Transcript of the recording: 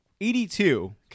82